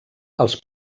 els